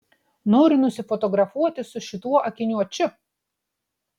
noriu nusifotografuoti su šituo akiniuočiu